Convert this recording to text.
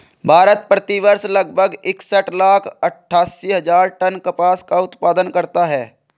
भारत, प्रति वर्ष लगभग इकसठ लाख अट्टठासी हजार टन कपास का उत्पादन करता है